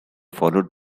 followed